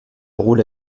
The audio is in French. rôle